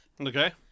Okay